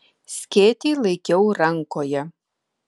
skėtį laikiau rankoje